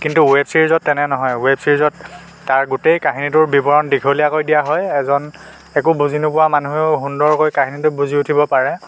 কিন্তু ৱেব ছিৰিজত তেনে নহয় ৱেব ছিৰিজত তাৰ গোটেই কাহিনীটোৰ বিৱৰণ দীঘলীয়াকৈ দিয়া হয় এজন একো বুজি নোপোৱা মানুহেও সুন্দৰকৈ কাহিনীটো বুজি উঠিব পাৰে